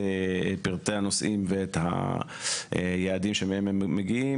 פרטי הנוסעים ואת היעדים מהם הם מגיעים,